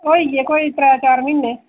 होई गे कोई त्रै चार म्हीने